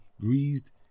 greased